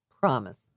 Promise